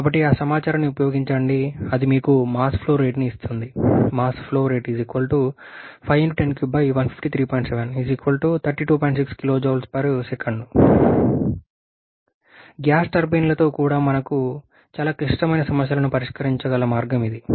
కాబట్టి ఆ సమాచారాన్ని ఉపయోగించండి అది మీకు మాస్ ఫ్లో రేట్ని ఇస్తుంది గ్యాస్ టర్బైన్లతో కూడా చాలా క్లిష్టమైన సమస్యలను మనం పరిష్కరించగల మార్గం ఇది